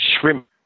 Shrimp